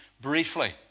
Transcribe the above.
briefly